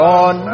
on